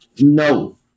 No